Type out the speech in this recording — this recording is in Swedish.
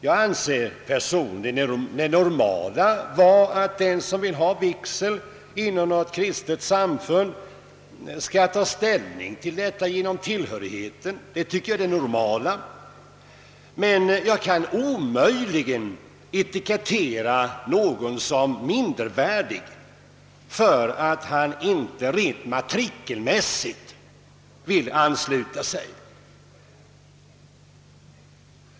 Jag anser personligen det normala vara att den som vill ha vigsel inom något kristet samfund skall ta ställning till detta genom tillhörigheten, men jag kan omöjligt etikettera någon som mindervärdig för att han inte rent matrikelmässigt vill ansluta sig.